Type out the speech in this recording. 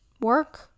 work